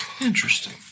Interesting